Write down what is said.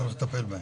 צריך לטפל בהם.